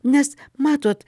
nes matot